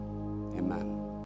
amen